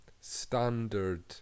standard